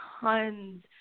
tons